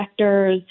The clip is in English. vectors